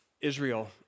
Israel